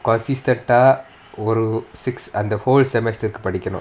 persistant ஒரு:oru six அந்த:antha full semester படிக்கணும்:padikanum